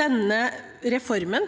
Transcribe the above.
Denne reformen